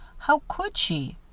how could she?